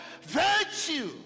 virtue